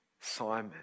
Simon